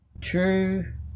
true